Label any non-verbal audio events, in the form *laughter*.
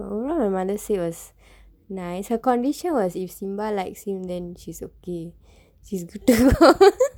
overall my mother say was nice her condition was like if sambal likes him then she's okay *laughs* she's good